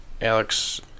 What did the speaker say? Alex